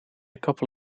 couple